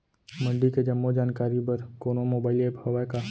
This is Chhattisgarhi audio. मंडी के जम्मो जानकारी बर कोनो मोबाइल ऐप्प हवय का?